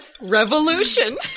revolution